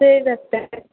சரி டாக்டர்